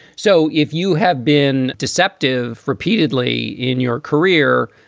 so if you have been deceptive repeatedly in your career,